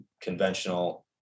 conventional